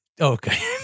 Okay